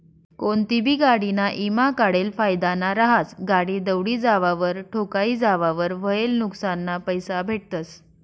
कोनतीबी गाडीना ईमा काढेल फायदाना रहास, गाडी दवडी जावावर, ठोकाई जावावर व्हयेल नुक्सानना पैसा भेटतस